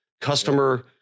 customer